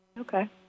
Okay